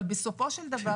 אבל בסופו של דבר,